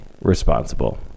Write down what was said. responsible